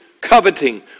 coveting